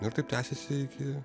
nu ir taip tęsėsi iki